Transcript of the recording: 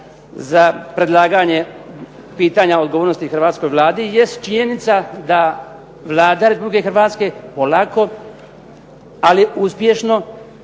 za predlaganje pitanja odgovornosti hrvatskoj Vladi jest činjenica da Vlada Republike Hrvatske polako, ali uspješno